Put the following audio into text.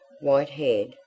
white-haired